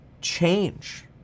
change